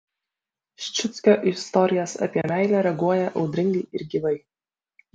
ščiuckio istorijas apie meilę reaguoja audringai ir gyvai